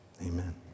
Amen